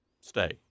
stay